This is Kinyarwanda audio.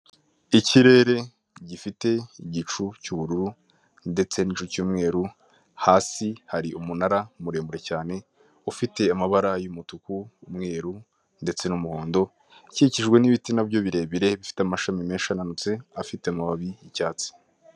Ikirere gifite igicu cy'ubururu ndetse n'igicu cy'umweru, hasi hari umunara muremure cyane, ufite amabara y'umutuku, umweru, ndetse n'umuhondo, ukikijwe n'ibiti nabyo birebire bifite amashami menshi ananutse afite amababi y'icyatsi.